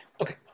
Okay